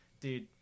dude